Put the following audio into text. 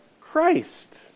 Christ